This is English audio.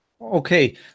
Okay